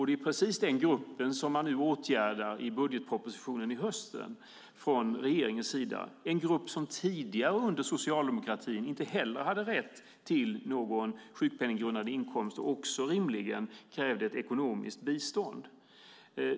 Det är just den gruppen som man från regeringens sida åtgärdar i höstens budgetproposition, en grupp som inte heller tidigare, under socialdemokratin, hade rätt till någon sjukpenninggrundande inkomst och som rimligen krävde ett ekonomiskt bistånd.